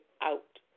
out